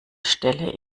stelle